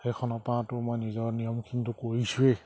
সেইখনৰ পৰাটো মই নিজৰ নিয়মখিনিটো কৰিছোৱেই